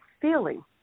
feeling